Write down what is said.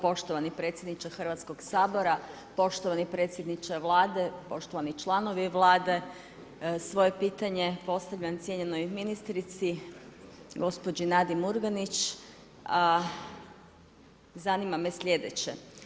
Poštovani predsjedniče HS-a, poštovani predsjedniče Vlade, poštovani članovi Vlade, svoje pitanje postavljam cijenjenoj ministrici gospođi Nadi Murganić, a zanima me slijedeće.